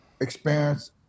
experience